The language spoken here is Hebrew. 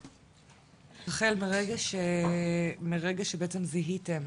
רחל, מרגע שבעצם זיהיתם